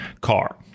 car